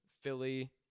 Philly